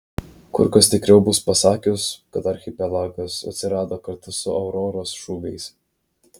kur kas tikriau bus pasakius kad archipelagas atsirado kartu su auroros šūviais